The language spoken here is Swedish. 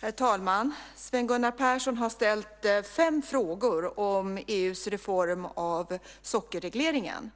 Herr talman! Sven Gunnar Persson har ställt fem frågor om EU:s reform av sockerregleringen.